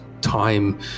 time